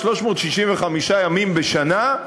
365 ימים בשנה,